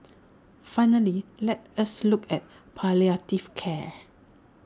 finally let us look at palliative care